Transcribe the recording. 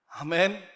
Amen